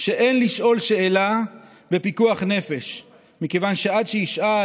שאין לשאול שאלה בפיקוח נפש מכיוון שעד שישאל